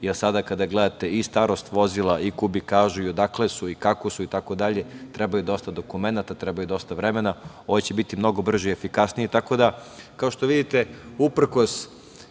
sada kada gledate i starost vozila i kubikažu i odakle su i kako su itd. treba dosta dokumenta, treba dosta vremena, ovo će biti mnogo brže i efikasnije. Tako da, kao što vidite, uprkos